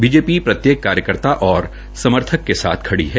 BJP प्रत्येक कार्यकर्ता और समर्थक के साथ खड़ी है